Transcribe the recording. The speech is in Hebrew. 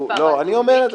לא, אני אומר את זה.